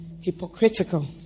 hypocritical